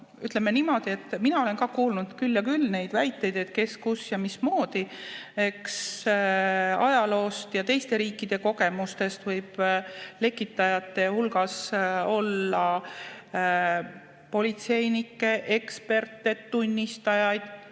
Ütleme niimoodi, mina olen ka kuulnud küll ja küll neid väiteid, et kes, kus ja mismoodi. Eks ajaloost ja teiste riikide kogemustest [teame], et lekitajate hulgas võib olla politseinikke, eksperte, tunnistajaid,